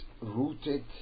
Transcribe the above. rooted